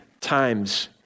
times